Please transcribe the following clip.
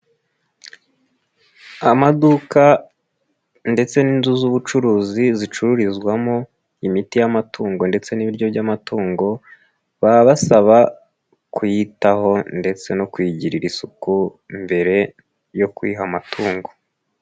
Amaduka ndetse n'inzu z'ubucuruzi zicururizwamo imiti y'amatungo ndetse n'ibiryo by'amatungo, baba basaba kuyitaho ndetse no kuyigirira isuku mbere yo kuyiha amatungo.